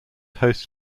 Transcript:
host